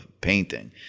painting